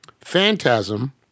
Phantasm